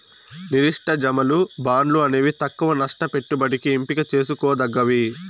నిర్దిష్ట జమలు, బాండ్లు అనేవి తక్కవ నష్ట పెట్టుబడికి ఎంపిక చేసుకోదగ్గవి